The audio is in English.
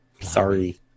Sorry